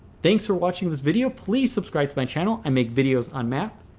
thanks for watching this video please subscribe to my channel. i make videos on math.